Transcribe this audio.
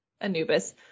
Anubis